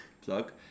plug